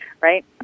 right